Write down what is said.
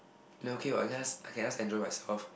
he okay what he can ask I can ask enjoy myself